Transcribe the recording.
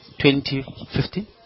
2015